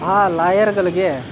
ಆ ಲಾಯರ್ಗಳಿಗೆ